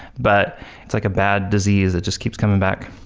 but it's like a bad disease that just keeps coming back.